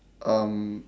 um